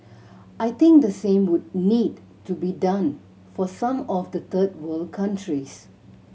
I think the same would need to be done for some of the third world countries